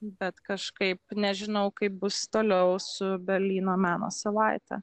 bet kažkaip nežinau kaip bus toliau su berlyno meno savaite